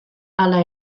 hala